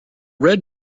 red